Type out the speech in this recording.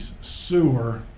sewer